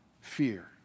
fear